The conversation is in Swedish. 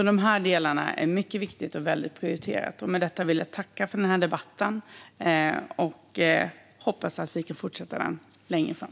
Dessa delar är mycket viktiga och väldigt prioriterade. Med detta vill jag tacka för den här debatten och hoppas att vi kan fortsätta den längre fram.